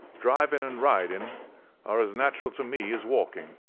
driving and riding are as natural to me as walking,